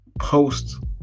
post